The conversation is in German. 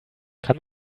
kann